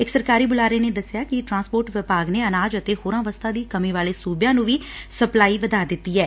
ਇਕ ਸਰਕਾਰੀ ਬੁਲਾਰੇ ਨੇ ਦੱਸਿਆ ਕਿ ਟਰਾਂਸਪੋਰਟ ਵਿਭਾਗ ਨੇ ਅਨਾਜ ਅਤੇ ਹੋਰ ਵਸਤਾਂ ਦੀ ਕਮੀ ਵਾਲੇ ਸੂਬਿਆਂ ਨੂੰ ਵੀ ਸਪਲਾਈ ਵਧਾ ਦਿੱਠੀ ਏ